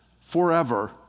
forever